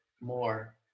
more